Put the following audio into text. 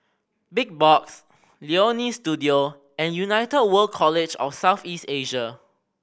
Big Box Leonie Studio and United World College of South East Asia